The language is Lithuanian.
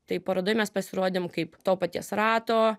tai parodoj mes pasirodėm kaip to paties rato